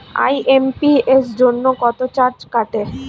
IMPS জন্য কত charge কাটে?